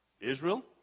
Israel